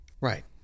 right